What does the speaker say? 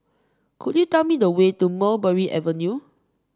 could you tell me the way to Mulberry Avenue